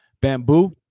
bamboo